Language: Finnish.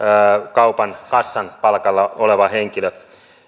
kaupan kassan palkalla oleva henkilö